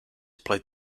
played